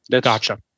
Gotcha